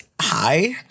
Hi